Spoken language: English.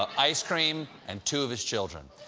ah ice cream, and two of his children.